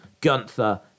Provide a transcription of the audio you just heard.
Gunther